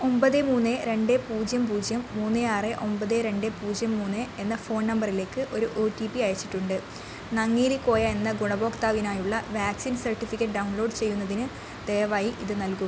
ഒമ്പത് മൂന്ന് രണ്ട് പൂജ്യം പൂജ്യം മൂന്ന് ആറ് ഒമ്പത് രണ്ട് പൂജ്യം മൂന്ന് എന്ന ഫോൺ നമ്പറിലേക്ക് ഒരു ഒ ടി പി അയച്ചിട്ടുണ്ട് നങ്ങേലി കോയ എന്ന ഗുണഭോക്താവിനായുള്ള വാക്സിൻ സർട്ടിഫിക്കറ്റ് ഡൗൺലോഡ് ചെയ്യുന്നതിന് ദയവായി ഇത് നൽകൂ